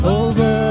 over